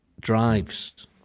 drives